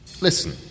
Listen